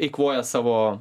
eikvoja savo